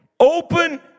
Open